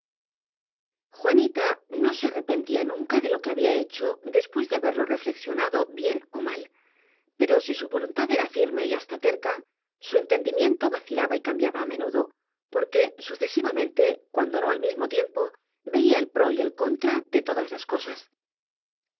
juanita no se arrepentía nunca de lo que había hecho después de haberlo reflexionado bien ó mal pero si su voluntad era firme y hasta terca su en tendimiento vacilaba y cambiaba á menudo por que sucesivamente cuando no al mismo tiempo veía el pro y el contra de todas las cosas